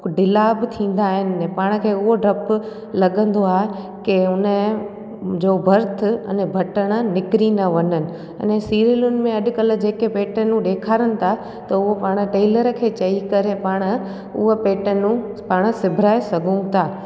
ढीला बि थींदा आहिनि पाण खे उह डपु लॻंदो आहे की उनजो बर्थ अने बटण निकिरी न वञनि अने सीरियूल में अॼुकल्ह जेके पैटर्न ॾेखारनि था त उहो पाण टेलर खे चई करे पाण उअ पैटर्नूं पाण सिबाराइ सघूं था